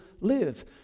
live